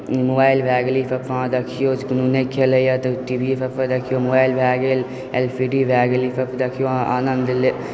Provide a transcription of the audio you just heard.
mobile भए गेल ई सब अहाँ देखियौ ने खेलैए तऽ टी वी सबसँ देखियौ मोबाइल भए गेल एल सी डी भए गेल ई सब देखियौ अहाँ आनन्द